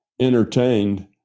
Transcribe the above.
entertained